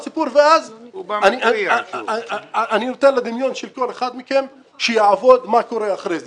ואז אני נותן לדמיון של כל אחד מכם שיעבוד ויחשוב מה קורה אחר כך.